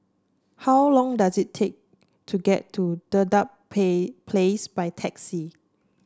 how long does it take to get to Dedap Pay Place by taxi